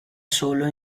solo